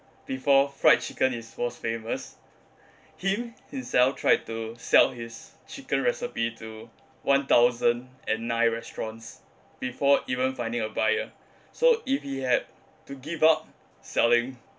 before fried chicken is most famous him himself tried to sell his chicken recipe to one thousand and nine restaurants before even finding a buyer so if he had to give up selling